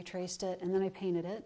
i traced it and then i painted it